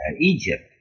egypt